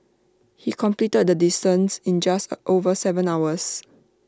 he completed the distance in just over Seven hours